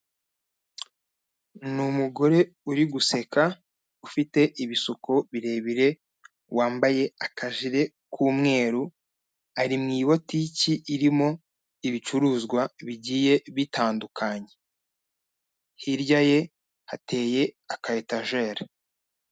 Ni umugore uri guseka, ufite ibisuko birebire, wambaye akajire k'umweru, ari mu ibotiki irimo ibicuruzwa bigiye bitandukanye, hirya ye hateye akayetajeri.